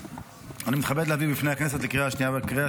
אני מתכבד להביא בפני הכנסת לקריאה השנייה ולקריאה